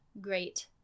great